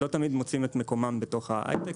לא תמיד מוצאים את מקומם בתוך ההייטק.